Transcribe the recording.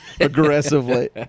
Aggressively